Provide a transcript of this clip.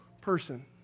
person